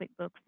quickbooks